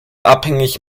abhängig